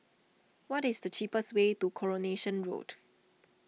what is the cheapest way to Coronation Road